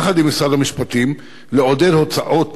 יחד עם משרד המשפטים, לעודד הוצאת